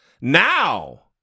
now